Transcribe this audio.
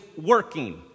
working